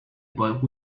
but